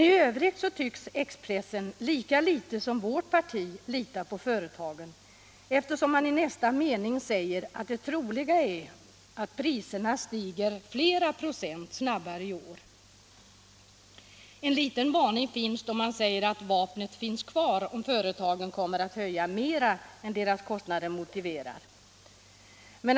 I övrigt tycks Expressen lika litet som vårt parti lita på företagen, eftersom tidningen i nästa mening säger att det troliga är att priserna stiger flera procent snabbare i år. En liten varning tas med, då man säger att vapnet finns kvar om företagen kommer att höja mer än deras kostnader motiverar.